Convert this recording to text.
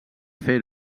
fer